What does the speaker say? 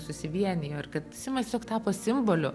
susivienijo ir kad simas tiesiog tapo simboliu